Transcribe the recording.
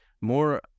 more